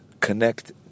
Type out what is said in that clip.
connect